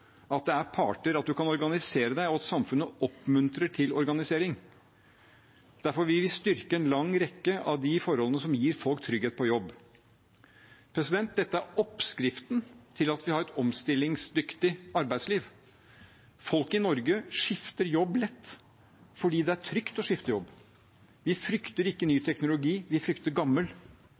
at det er parter, at man kan organisere seg, og at samfunnet oppmuntrer til organisering. Derfor vil vi styrke en lang rekke av de forholdene som gir folk trygghet på jobb. Dette er oppskriften på at vi har et omstillingsdyktig arbeidsliv. Folk i Norge skifter jobb lett, fordi det er trygt å skifte jobb. Vi frykter ikke ny teknologi, vi frykter gammel.